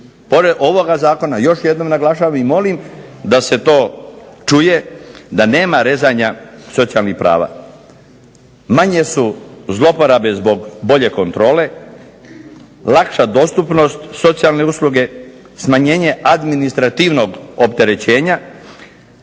ovoga zakona još jednom naglašavam i molim da se to čuje, da nema rezanja socijalnih prava. Manje su zlouporabe zbog bolje kontrole, lakša dostupnost socijalne usluge, smanjenje administrativnog opterećenja